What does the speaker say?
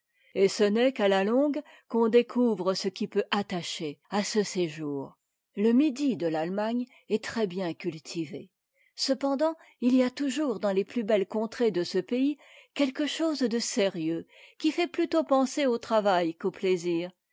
et ce n'est qu'à la longue qu'on découvre ce qui peut attacher ce séjour le midi de l'allemagne est très-bien cultivé cependant il y a toujours dans les plus belles contrées de ce pays quelque chose de sérieux qui fait plutôt penser au travail qu'aux plaisirs